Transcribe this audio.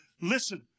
Listen